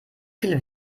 viel